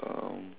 um